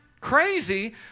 crazy